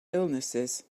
illnesses